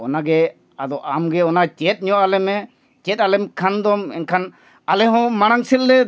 ᱚᱱᱟ ᱜᱮ ᱟᱫᱚ ᱟᱢᱜᱮ ᱚᱱᱟ ᱪᱮᱫᱧᱚᱜ ᱟᱞᱮ ᱢᱮ ᱪᱮᱫ ᱟᱞᱮ ᱠᱷᱟᱱ ᱫᱚᱢ ᱮᱱᱠᱷᱟᱱ ᱟᱞᱮᱦᱚᱸ ᱢᱟᱲᱟᱝ ᱥᱮᱫᱞᱮ